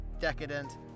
decadent